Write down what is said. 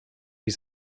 wie